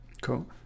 Cool